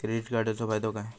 Credit कार्डाचो फायदो काय?